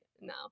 no